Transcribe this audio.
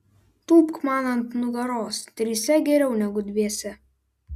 tūpk man ant nugaros trise geriau negu dviese